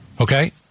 Okay